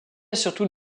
surtout